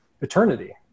eternity